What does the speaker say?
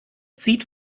zieht